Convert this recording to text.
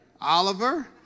Oliver